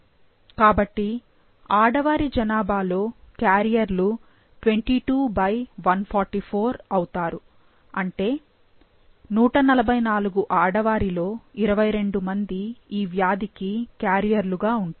కాబట్టి ఆడవారి జనాభా లో క్యారియర్లు 22144 అవుతారు అంటే 144 ఆడవారిలో 22 మంది ఈ వ్యాధికి క్యారియర్లు గా ఉంటారు